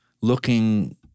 looking